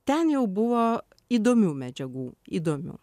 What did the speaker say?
ten jau buvo įdomių medžiagų įdomių